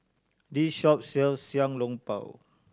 this shop sells Xiao Long Bao